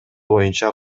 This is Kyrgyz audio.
боюнча